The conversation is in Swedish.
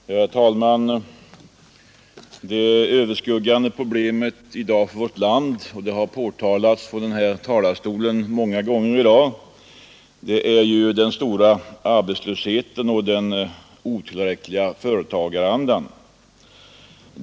Herr talman! Det överskuggande problemet för vårt land — det har påpekats från talarstolen många gånger i dag — är nu den stora arbetslösheten och den otillräckliga företagarandan.